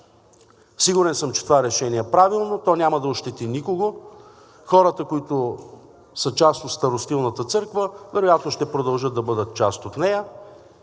Сигурен съм, че това решение е правилно, то няма да ощети никого. Хората, които са част от Старостилната църква, вероятно ще продължат да бъдат част от нея.